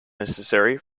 necessary